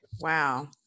Wow